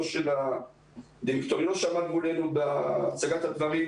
לא של הדירקטוריון שעמד מולנו בהצגת הדברים